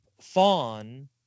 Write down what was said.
fawn